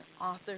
author